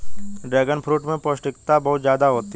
dragon fruit में पौष्टिकता बहुत ज्यादा होती है